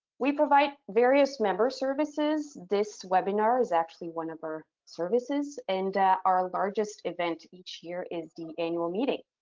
we provide various member services, this webinar is actually one of our services, and our largest event each year is the annual meeting.